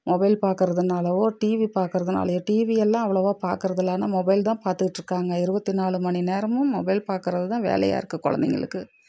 mobile பார்க்கறதுனாலவோ TV பார்க்கறதுனாலையோ TV எல்லாம் அவ்வளோவா பார்க்கறது இல்லை ஆனால் மொபைல் தான் பார்த்துக்கிட்டு இருக்காங்க இருபத்தி நாலு மணி நேரமும் மொபைல் பார்க்கறது தான் வேலையாக இருக்குது குழந்தைங்களுக்கு